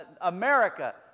America